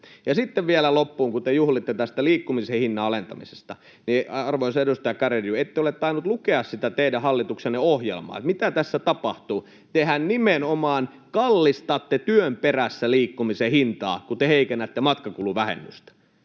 Sitten vielä loppuun: Kun te juhlitte tästä liikkumisen hinnan alentamisesta, niin arvoisa edustaja Garedew, ette ole tainnut lukea sitä teidän hallituksenne ohjelmaa, mitä tässä tapahtuu. Tehän nimenomaan kallistatte työn perässä liikkumisen hintaa, kun te heikennätte matkakuluvähennystä.